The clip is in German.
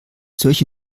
solche